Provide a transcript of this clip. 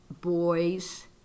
boys